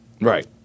Right